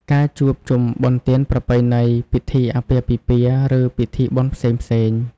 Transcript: ការជួបជុំបុណ្យទានប្រពៃណី ពិធីអាពាហ៍ពិពាហ៍ ឬពិធីបុណ្យផ្សេងៗ។